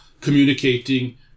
communicating